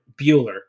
Bueller